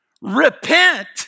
Repent